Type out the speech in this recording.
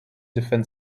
defend